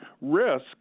risk